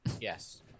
Yes